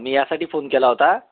मी यासाठी फोन केला होता